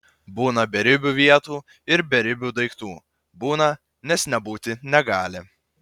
būna beribių vietų ir beribių daiktų būna nes nebūti negali